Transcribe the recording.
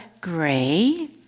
gray